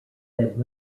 that